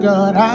God